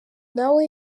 nawe